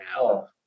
now